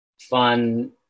fun